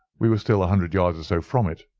we were still a hundred yards or so from it,